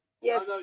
yes